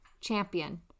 champion